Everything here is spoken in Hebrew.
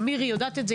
ומירי יודעת את זה,